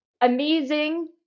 amazing